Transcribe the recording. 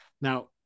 Now